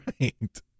Right